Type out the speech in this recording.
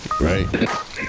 right